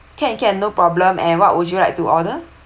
can can no problem and what would you like to order